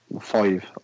Five